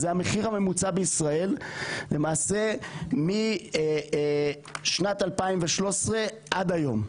זה המחיר הממוצע בישראל למעשה משנת 2013 עד היום.